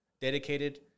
dedicated